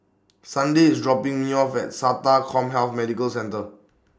Sunday IS dropping Me off At Sata Commhealth Medical Centre